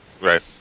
Right